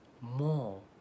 more